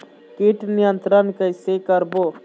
कीट नियंत्रण कइसे करबो?